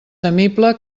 temible